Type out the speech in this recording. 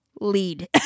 Lead